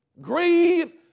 Grieve